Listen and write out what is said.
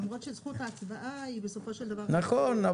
למרות שזכות ההצבעה היא בסופו של דבר --- נכון,